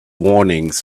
warnings